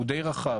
הוא די רחב.